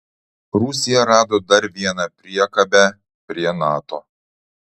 rusija rado dar vieną priekabę prie nato